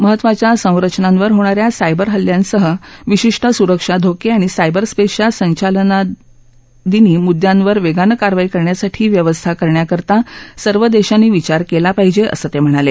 महत्त्वाच्या सत्तिनास्ति होणाऱ्या सायबर हल्ल्यास्के विशिष्ट सुरक्षा धोके आणि सायबर स्पेसच्या सद्यिलनादिनी मुद्दयास्के वेगानक्रियाई करण्यासाठी व्यवस्था करण्याकरता सर्व देशासी विचार केला पाहिजे असतिं म्हणाले